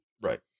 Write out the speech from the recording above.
right